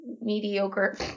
Mediocre